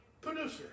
producer